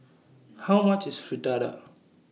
How much IS Fritada